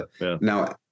Now